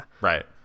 Right